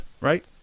right